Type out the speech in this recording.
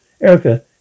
Erica